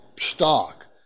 stock